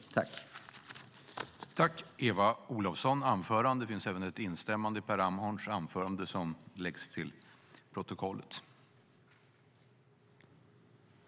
I detta anförande instämde Tony Wiklander .